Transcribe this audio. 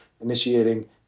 initiating